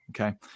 Okay